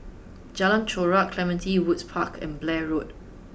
Jalan Chorak Clementi Woods Park and Blair Road